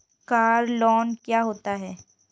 Car loan क्या होता है?